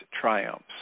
triumphs